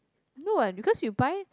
no right because you buy